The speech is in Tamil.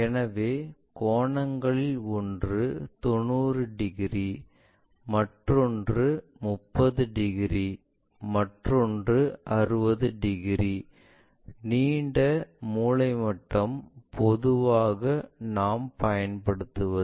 எனவே கோணங்களில் ஒன்று 90 டிகிரி மற்றொன்று 30 டிகிரி மற்றொன்று 60 டிகிரி நீண்ட மூலை மட்டம் பொதுவாக நாம் பயன்படுத்துவது